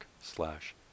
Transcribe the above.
slash